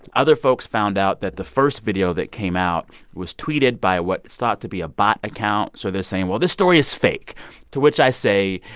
other folks found out that the first video that came out was tweeted by what is thought to be a bot account. so they're saying, well, this story is fake to which i say,